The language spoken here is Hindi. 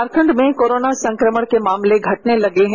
झारखंड में कोरोना संक्रमण के मामले घटने लगे हैं